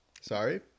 Sorry